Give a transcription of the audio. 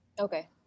Okay